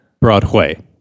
Broadway